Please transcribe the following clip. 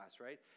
right